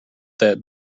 that